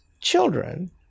children